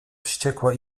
wściekła